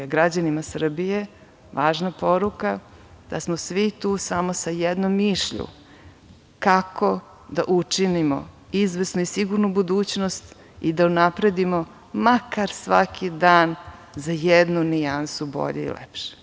Građanima Srbije važna poruka, da smo svi tu samo sa jednom mišlju, kako da učinimo izvesnu i sigurnu budućnost i da unapredimo makar svaki dan za jednu nijansu bolje i lepše.